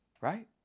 right